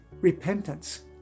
repentance